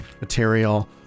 material